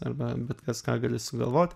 arba bet kas ką gali sugalvot